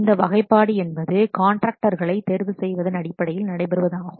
இந்த வகைப்பாடு என்பது காண்ட்ராக்டர்களை தேர்வு செய்வதன் அடிப்படையில் நடைபெறுவதாகும்